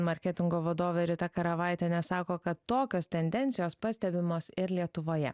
marketingo vadovė rita karavaitienė sako kad tokios tendencijos pastebimos ir lietuvoje